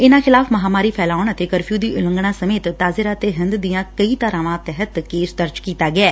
ਇਨਾਂ ਖਿਲਾਫ਼ ਮਹਾਮਾਰੀ ਫੈਲਾਉਣ ਅਤੇ ਕਰਫਿਉ ਦੀ ਉਲੰਘਣਾ ਸਮੇਤ ਤਾਜ਼ੀਰਾਤੇ ਹਿੰਦ ਦੀਆਂ ਕਈ ਧਾਰਾਵਾਂ ਤਹਿਤ ਕੇਸ ਦਰਜ ਕੀਤਾ ਗਿਐ